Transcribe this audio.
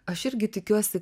aš irgi tikiuosi